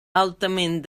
altament